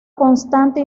constante